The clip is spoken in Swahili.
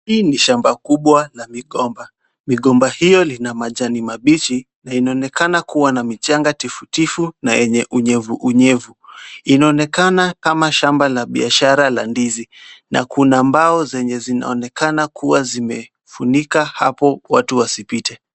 Hii ni shamba kubwa la migomba. Migomba hiyo lina majani mabichi, na inaonekana kuwa na micanga tifutifu na yenye unyevu unyevu. Inaonekana kama shamba la biashara la ndizi, na kuna mbao zenye zinaonekana kuwa zimefunika hapo watu wasipite.